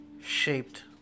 shaped